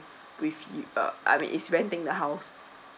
with uh I mean is renting the house